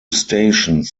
stations